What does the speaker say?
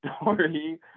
story